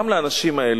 גם לאנשים האלה,